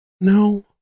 No